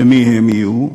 ומי הם יהיו?